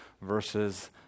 verses